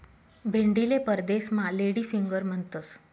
भेंडीले परदेसमा lady finger म्हणतंस